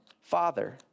Father